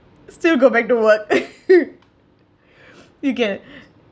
still go back to work you get it